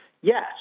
Yes